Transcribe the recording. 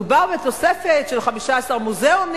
מדובר בתוספת של 15 מוזיאונים,